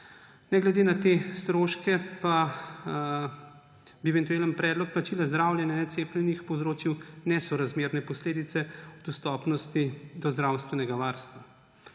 Ne glede na te stroške pa bi eventualni predlog plačila zdravljenja necepljenih povzročil nesorazmerne posledice dostopnosti do zdravstvenega varstva.